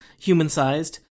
human-sized